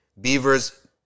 beavers